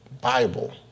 Bible